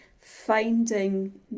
finding